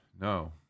no